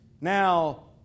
Now